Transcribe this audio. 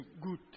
good